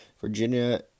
Virginia